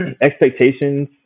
expectations